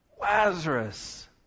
Lazarus